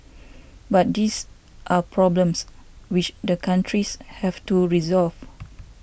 but these are problems which the countries have to resolve